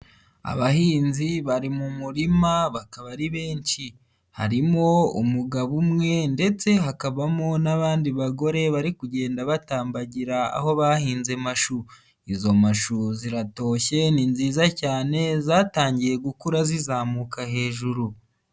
Abahinzi bari mu murima bakaba ari benshi, harimo umugabo umwe ndetse hakabamo n'abandi bagore bari kugenda batambagira aho bahinze mashu, izo mashu ziratoshye ni nziza cyane zatangiye gukura zizamuka hejuru.